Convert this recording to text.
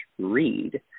read